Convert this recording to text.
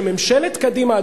שממשלת קדימה,